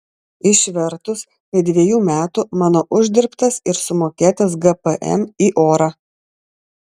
išvertus tai dviejų metų mano uždirbtas ir sumokėtas gpm į orą